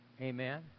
Amen